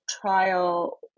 trial